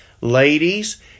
ladies